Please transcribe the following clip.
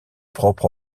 propre